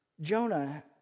Jonah